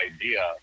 idea